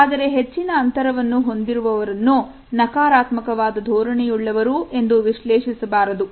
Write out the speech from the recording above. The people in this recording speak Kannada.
ಆದರೆ ಹೆಚ್ಚಿನ ಅಂತರವನ್ನು ಹೊಂದಿರುವವರನ್ನು ನಕಾರಾತ್ಮಕವಾದ ಧೋರಣೆಯುಳ್ಳ ವರು ವಿಶ್ಲೇಶಿಸಬಾರದು